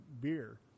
beer